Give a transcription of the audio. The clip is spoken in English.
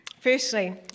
Firstly